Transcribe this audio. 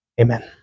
Amen